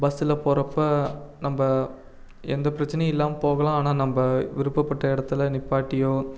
பஸ்ஸில் போறப்போ நம்ப எந்த பிரச்சனையும் இல்லாமல் போகலாம் ஆனால் நம்ப விருப்பப்பட்ட இடத்துல நிப்பாட்டியோ